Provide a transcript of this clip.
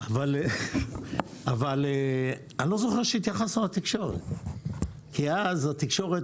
אבל אני לא זוכר שהתייחסנו לתקשורת כי אז התקשורת,